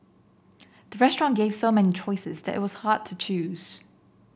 the restaurant gave so many choices that it was hard to choose